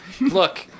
Look